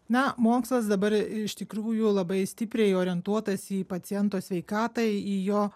na mokslas dabar iš tikrųjų labai stipriai orientuotas į paciento sveikatą į jo